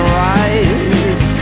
rise